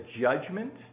judgment